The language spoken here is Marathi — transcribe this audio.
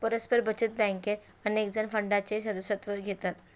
परस्पर बचत बँकेत अनेकजण फंडाचे सदस्यत्व घेतात